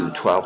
12